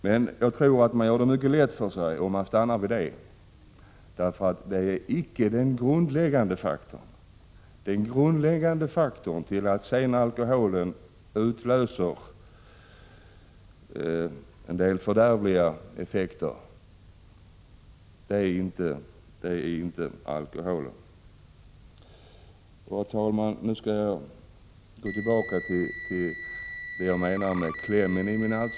Men jag tror att man gör det mycket lätt för sig om man stannar vid det, för alkoholen är icke den grundläggande faktorn bakom dessa fördärvliga effekter. Herr talman! Låt mig gå tillbaka till klämmen i min motion.